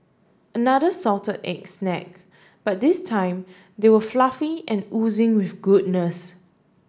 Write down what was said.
another salted egg snack but this time they are fluffy and oozing with goodness